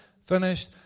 finished